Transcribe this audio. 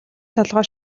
толгой